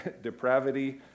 depravity